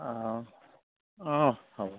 অঁ অঁ হ'ব